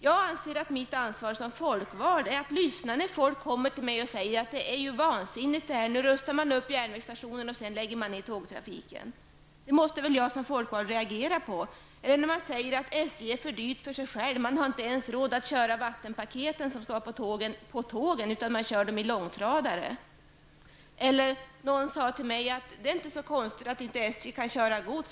Jag anser att det är mitt ansvar som folkvald att lyssna när folk kommer till mig och säger att det är vansinnigt att rusta upp järnvägsstationen och sedan lägga ned tågtrafiken. Det måste väl jag som folkvald reagera på. Eller skall jag inte reagera när man säger att SJ är för dyrt för sig självt, att man inte ens har råd att köra de vattenpaket tågen skall ha på tågen, utan i stället kör dem med långtradare? Någon sade till mig att det inte är så konstigt att SJ inte kan köra gods.